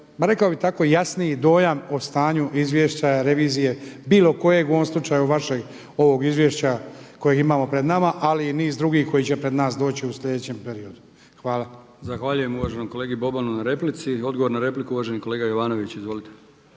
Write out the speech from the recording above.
rekao bih tako jasniji dojam o stanju izvješća revizije bilo kojeg u ovom slučaju vašeg ovog izvješća kojeg imamo pred nama ali i niz drugih koji će pred nas doći u sljedećem periodu. Hvala. **Brkić, Milijan (HDZ)** Zahvaljujem uvaženom kolegi Bobanu na replici. Odgovor na repliku, uvaženi kolega Jovanovnić. Izvolite.